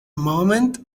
moment